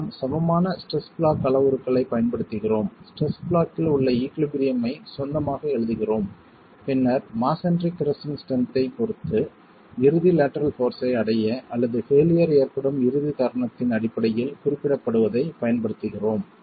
நாம் சமமான stress block அளவுருக்களைப் பயன்படுத்துகிறோம் ஸ்ட்ரெஸ் ப்ளாக் இல் உள்ள ஈகுலிபிரியம் ஐ சொந்தமாக எழுதுகிறோம் பின்னர் மஸோன்றி கிரஸ்ஸிங் ஸ்ட்ரென்த் ஐ ப் பொறுத்து இறுதி லேட்டரல் போர்ஸ் ஐ அடைய அல்லது பெயிலியர் ஏற்படும் இறுதி தருணத்தின் அடிப்படையில் குறிப்பிடப்படுவதைப் பயன்படுத்துகிறோம்